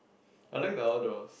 I like the outdoors